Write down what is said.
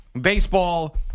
baseball